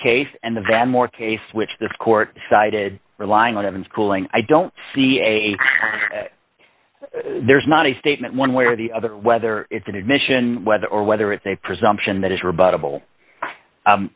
case and the van moore case which the court sided relying on of unschooling i don't see there's not a statement one way or the other whether it's an admission whether or whether it's a presumption that is